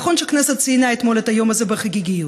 נכון שהכנסת ציינה אתמול את היום הזה בחגיגיות,